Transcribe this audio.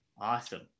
Awesome